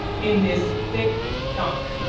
in this thick gunk.